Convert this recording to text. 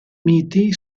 miti